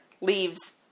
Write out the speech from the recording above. leaves